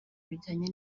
bijyanye